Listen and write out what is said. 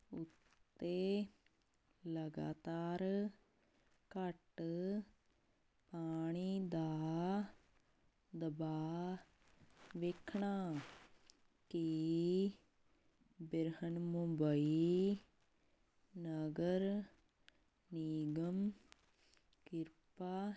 ਉੱਤੇ ਲਗਾਤਾਰ ਘੱਟ ਪਾਣੀ ਦਾ ਦਬਾਅ ਵੇਖਣਾ ਕੀ ਵਿਰਹਨ ਮੁੰਬਈ ਨਗਰ ਨਿਗਮ ਕਿਰਪਾ